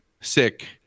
sick